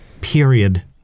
period